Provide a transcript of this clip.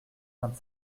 vingt